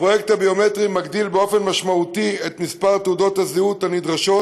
הפרויקט הביומטרי מגדיל באופן משמעותי את מספר תעודות הזהות הנדרשות.